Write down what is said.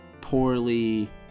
poorly